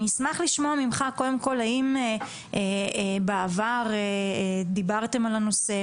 אשמח לשמוע ממך האם בעבר דיברתם על הנושא,